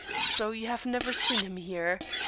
so you have never seen him here.